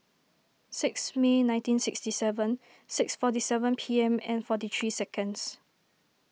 six May nineteen sixty seven six forty seven P M and forty three seconds